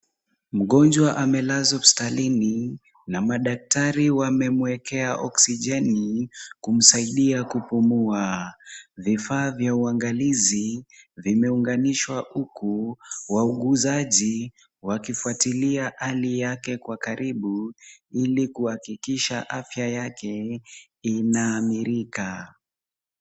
Mgonjwa amelazwa hospitalini na madaktari wamemuekea oksijeni, kumsaidia kupumua. Vifaa vya uangalizi vimeunganishwa huku wauguzaji wakifuatilia hali yake kwa karibu, ili kuhakikisha afya yake inaamirika.